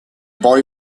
boy